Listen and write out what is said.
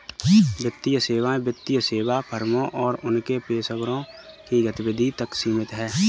वित्तीय सेवाएं वित्तीय सेवा फर्मों और उनके पेशेवरों की गतिविधि तक सीमित हैं